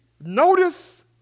Notice